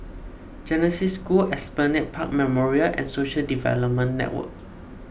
Genesis School and Esplanade Park Memorials and Social Development Network